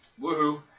Woohoo